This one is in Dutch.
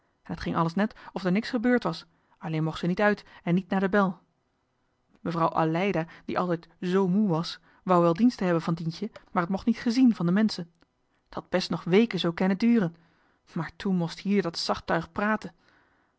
en t ging alles net of d'er niks gebeurd was alleen moch ze niet uit en niet na de bel mevrouw aleida die altijd zoo moe was wou wel diensten hebben van dientje maar t mocht niet gezien van de menschen t had best nog weken zoo kenne duren maar toe most hier dat sartuig praten